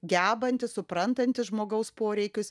gebantis suprantantis žmogaus poreikius